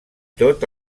tot